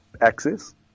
access